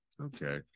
okay